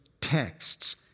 texts